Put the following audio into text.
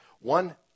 One